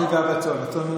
הצאן,